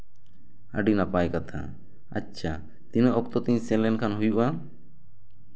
ᱟᱹᱰᱤ ᱱᱟᱯᱟᱭ ᱠᱟᱛᱷᱟ ᱟᱪᱪᱷᱟ ᱛᱤᱱᱟᱹᱜ ᱚᱠᱛᱚ ᱛᱤᱧ ᱥᱮᱱ ᱞᱮᱱᱠᱷᱟᱱ ᱦᱩᱭᱩᱜᱼᱟ